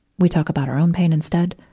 we talk about our own pain instead.